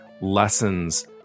lessons